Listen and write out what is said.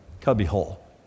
cubbyhole